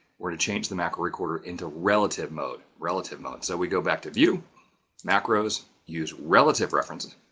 where to change the macro recorder into relative mode, relative mode. so we go back to view macros use relative references.